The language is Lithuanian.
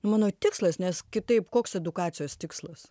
mano tikslas nes kitaip koks edukacijos tikslas